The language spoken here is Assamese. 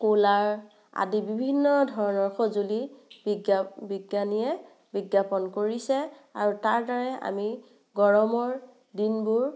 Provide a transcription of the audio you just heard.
কুলাৰ আদি বিভিন্ন ধৰণৰ সজুলি বিজ্ঞা বিজ্ঞানীয়ে বিজ্ঞাপন কৰিছে আৰু তাৰ দ্বাৰাই আমি গৰমৰ দিনবোৰ